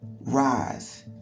rise